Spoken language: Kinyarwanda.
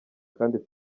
kandi